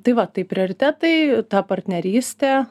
tai va tai prioritetai ta partnerystė